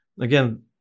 again